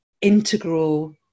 integral